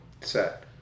set